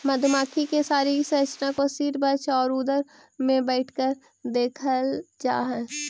मधुमक्खी के शारीरिक संरचना को सिर वक्ष और उदर में बैठकर देखल जा हई